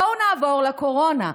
בואו נעבור לקורונה.